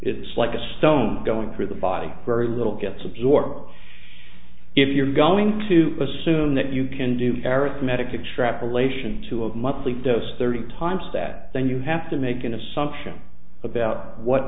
it's like a stone going through the body very little gets absorbed if you're going to assume that you can do arithmetic extract relation to a monthly dose thirty times stat then you have to make an assumption about what